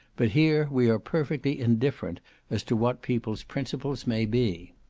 but here we are perfectly indifferent as to what people's principles may be.